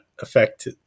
affect –